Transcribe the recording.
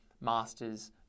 masters